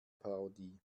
parodie